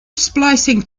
splicing